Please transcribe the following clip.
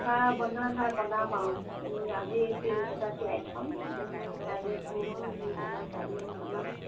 পিঠা বনোৱা নাই বনাম আৰু এই আজি তিলকেইটা তিয়াই থম ধুই কাইলৈ ধুম আৰু ধুই পেলাই কাইলৈ বনাম